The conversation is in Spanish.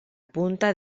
punta